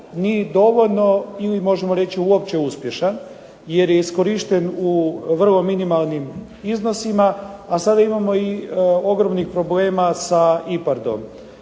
ni dovoljno ili možemo reći uopće uspješan, jer je iskorišten u vrlo minimalnim iznosima. A sada imamo i ogromnih problema i sa IPARD-om.